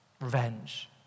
Revenge